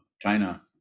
China